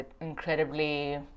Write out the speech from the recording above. incredibly